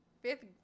Fifth